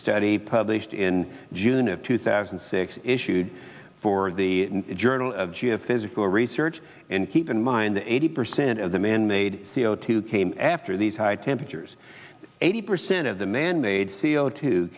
study published in june of two thousand and six issued for the journal of geophysical research and keep in mind that eighty percent of the manmade c o two came after these high temperatures eighty percent of the manmade c o two